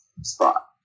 spot